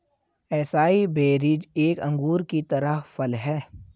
acai berries एक अंगूर की तरह फल हैं